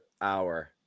hour